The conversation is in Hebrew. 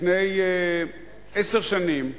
לפני עשר שנים,